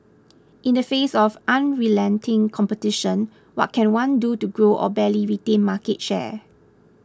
in the face of unrelenting competition what can one do to grow or barely retain market share